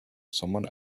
someone